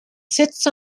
sits